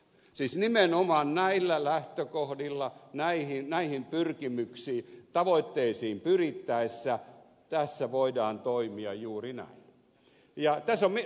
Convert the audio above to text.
siis nimenomaan näillä lähtökohdilla näihin tavoitteisiin pyrittäessä tässä voidaan toimia juuri näin